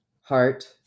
Heart